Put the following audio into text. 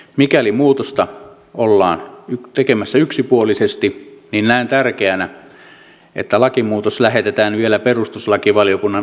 mikäli muutosta ollaan nyt tekemässä yksipuolisesti niin näen tärkeänä että lakimuutos lähetetään vielä perustuslakivaliokunnan arvioitavaksi